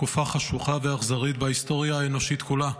תקופה חשוכה ואכזרית בהיסטוריה האנושית כולה,